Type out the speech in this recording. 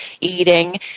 eating